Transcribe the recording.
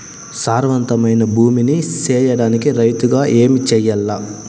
సారవంతమైన భూమి నీ సేయడానికి రైతుగా ఏమి చెయల్ల?